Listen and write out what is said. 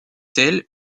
tels